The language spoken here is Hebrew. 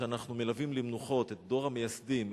כשאנחנו מלווים למנוחות את דור המייסדים,